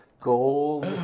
Gold